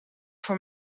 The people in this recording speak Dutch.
voor